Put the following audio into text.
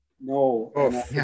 No